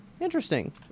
Interesting